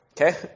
okay